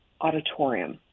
auditorium